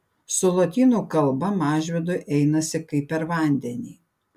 su lotynų kalba mažvydui einasi kaip per vandenį